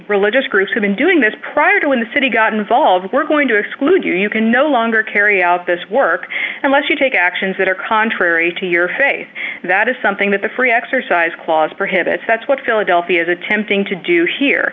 religious groups have been doing this prior to when the city got involved we're going to exclude you you can no longer carry out this work unless you take actions that are contrary to your face that is something that the free exercise clause prohibits that's what philadelphia is attempting to do here